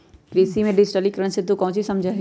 कृषि में डिजिटिकरण से तू काउची समझा हीं?